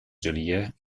жилья